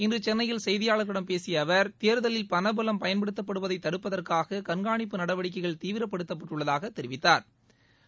இன்று சென்னையில் செய்தியாளர்களிடம் பேசிய அவர் தேர்தலில் பணபலம் பயன்படுத்தப்படுவதை தடுப்பதற்காக கண்காணிப்பு நடவடிக்கைகள் தீவிரப்படுத்தப்பட்டுள்ளதாக தெரிவித்தாா்